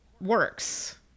works